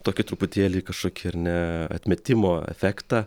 tokį truputėlį kažkokį ar ne atmetimo efektą